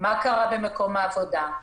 מה קרה במקום העבודה,